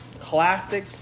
classic